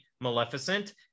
Maleficent